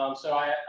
um so i,